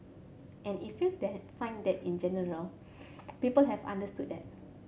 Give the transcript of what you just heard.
and if you then find that in general people have understood that